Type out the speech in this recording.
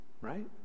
right